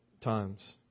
Times